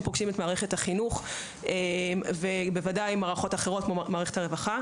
פוגשים את מערכת החינוך וגם מערכות אחרות כמו מערכת הרווחה.